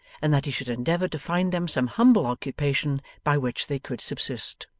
and that he should endeavour to find them some humble occupation by which they could subsist.